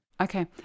Okay